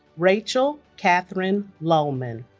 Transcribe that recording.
rachel kathryn lohman